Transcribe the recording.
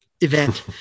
event